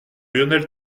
lionel